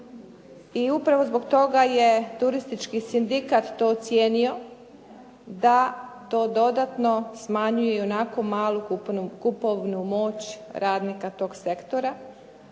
i upravo zbog toga je Turistički sindikat to cijenio da to dodatno smanjuje ionako malu kupovnu moć radnika tog sektora,